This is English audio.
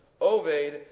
Oved